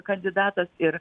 kandidatas ir